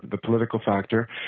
the political factor.